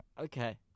okay